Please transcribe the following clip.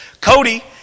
Cody